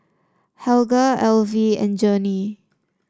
Helga Elvie and Journey